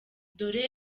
dore